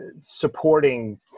supporting